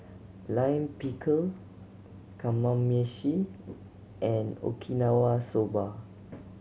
Lime Pickle Kamameshi and Okinawa Soba